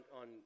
on